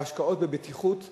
בהשקעות בבטיחות ובגהות,